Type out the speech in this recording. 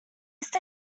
used